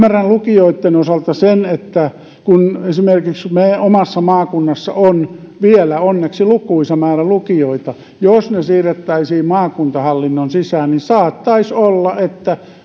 ymmärrän lukioitten osalta sen että kun esimerkiksi meidän omassa maakunnassamme on vielä onneksi lukuisa määrä lukioita jos ne siirrettäisiin maakuntahallinnon sisään niin saattaisi olla että